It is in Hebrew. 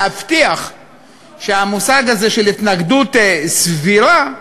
להבטיח שהמושג הזה של "התנגדות סבירה"